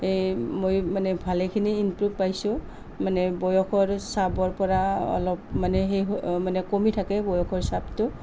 এই মই মানে ভালেখিনি ইমপ্ৰোভ পাইছোঁ মানে বয়সৰ চাপৰ পৰা অলপ মানে হে মানে কমি থাকে বয়সৰ চাপটো